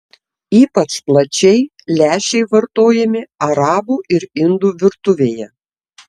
ypač plačiai lęšiai vartojami arabų ir indų virtuvėje